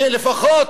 שלפחות,